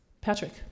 Patrick